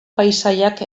paisaiak